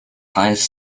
highest